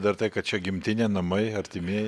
dar tai kad čia gimtinė namai artimieji